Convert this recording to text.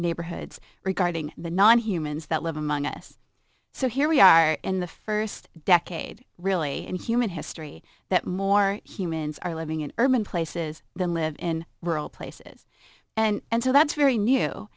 neighborhoods regarding the non humans that live among us so here we are in the first decade really in human history that more humans are living in urban places than live in rural places and so that's very new